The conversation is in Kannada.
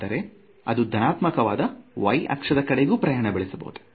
ಆದರೆ ಅದು ಧನಾತ್ಮಕವಾದ y ಅಕ್ಷದ ಕಡೆಗೂ ಪ್ರಯಾಣಿಸಬಹುದು